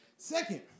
second